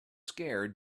scared